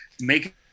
make